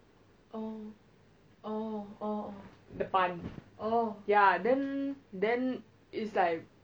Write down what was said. the 板